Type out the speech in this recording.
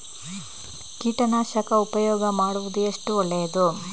ಕೀಟನಾಶಕ ಉಪಯೋಗ ಮಾಡುವುದು ಎಷ್ಟು ಒಳ್ಳೆಯದು?